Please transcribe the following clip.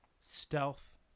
stealth